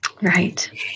Right